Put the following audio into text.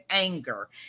anger